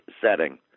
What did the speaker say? setting